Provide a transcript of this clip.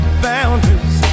boundaries